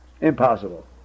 Impossible